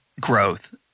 growth